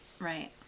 Right